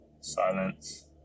silence